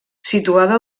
situada